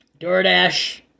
DoorDash